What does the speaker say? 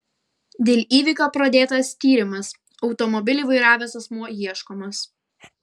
dėl įvykio pradėtas tyrimas automobilį vairavęs asmuo ieškomas